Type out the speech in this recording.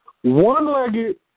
One-legged